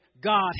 God